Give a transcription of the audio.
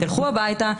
תלכו הביתה,